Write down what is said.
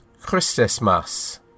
Christmas